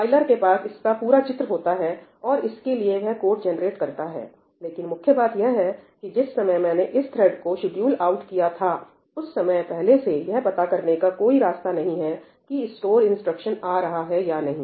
compiler के पास इसका पूरा चित्र होता है और इसके लिए वह कोड जनरेट करता है लेकिन मुख्य बात यह है कि जिस समय मैंने इस थ्रेड को शेड्यूल आउट किया था उस समय पहले से यह पता करने का कोई रास्ता नहीं है कि स्टोर इंस्ट्रक्शन आ रहा है या नहीं